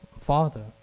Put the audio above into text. Father